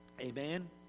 Amen